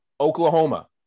Oklahoma